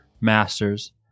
Masters